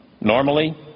normally